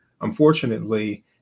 Unfortunately